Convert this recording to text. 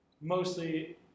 mostly